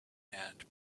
and